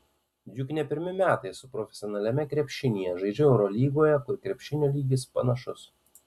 juk ne pirmi metai esu profesionaliame krepšinyje žaidžiu eurolygoje kur krepšinio lygis panašus